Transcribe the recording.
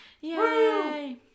yay